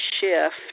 shift